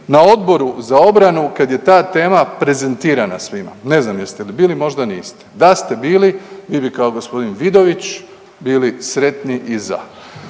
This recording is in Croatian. na Odboru za obranu kad je ta tema prezentirana svima? Ne znam jeste li bili, možda niste. Da ste bili vi bi kao g. Vidović bili sretni i za.